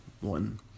one